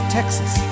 Texas